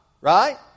right